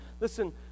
Listen